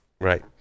right